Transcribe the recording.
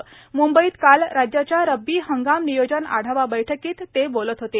म्ंबईत काल राज्याच्या रब्बी हंगाम नियोजन आढावा बैठकीत ते बोलत होते